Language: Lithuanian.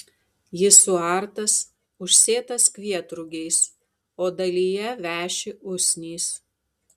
jis suartas užsėtas kvietrugiais o dalyje veši usnys